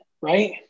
Right